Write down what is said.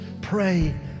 pray